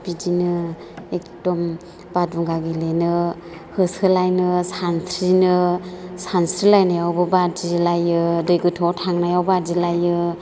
बिदिनो एकदम बादुंगा गेलेनो होसोलायनो सानस्रिनो सनस्रिलायनायावबो बादिलायो दै गोथौआव थांनायाव बादिलायो